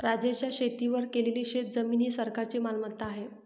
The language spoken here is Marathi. राज्याच्या शेतीवर केलेली शेतजमीन ही सरकारची मालमत्ता आहे